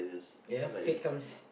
ya fate comes